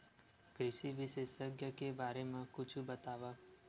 कृषि विशेषज्ञ के बारे मा कुछु बतावव?